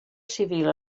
civil